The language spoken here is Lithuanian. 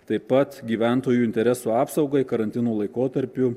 taip pat gyventojų interesų apsaugai karantino laikotarpiu